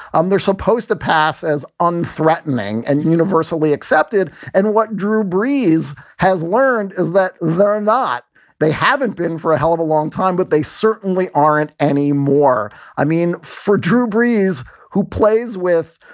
um they're supposed to pass as unthreatening and universally accepted. and what drew brees has learned is that they're not they haven't been for a hell of a long time, but they certainly aren't any more. i mean, for drew brees, who plays with,